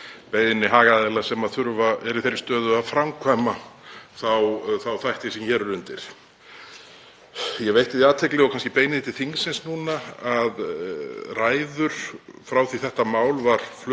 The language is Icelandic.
beiðni hagaðila sem eru í þeirri stöðu að framkvæma þá þætti sem hér eru undir. Ég veitti því athygli og kannski beini því til þingsins núna að ræður frá því þetta mál var flutt